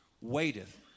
waiteth